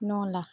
ন lakh